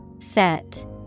Set